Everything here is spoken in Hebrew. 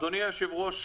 אדוני היושב-ראש,